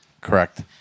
Correct